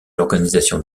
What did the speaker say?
l’organisation